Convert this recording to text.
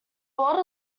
lot